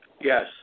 Yes